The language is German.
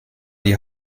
die